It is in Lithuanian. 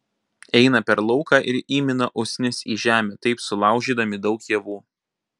eina per lauką ir įmina usnis į žemę taip sulaužydami daug javų